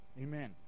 amen